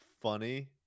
funny